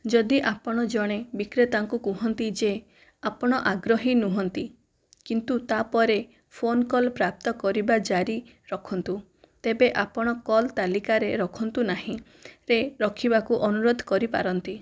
ଯଦି ଆପଣ ଜଣେ ବିକ୍ରେତାଙ୍କୁ କୁହନ୍ତି ଯେ ଆପଣ ଆଗ୍ରହୀ ନୁହଁନ୍ତି କିନ୍ତୁ ତା'ପରେ ଫୋନ୍ କଲ୍ ପ୍ରାପ୍ତ କରିବା ଜାରି ରଖନ୍ତୁ ତେବେ ଆପଣ କଲ୍ ତାଲିକାରେ ରଖନ୍ତୁ ନାହିଁରେ ରଖିବାକୁ ଅନୁରୋଧ କରିପାରନ୍ତି